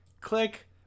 click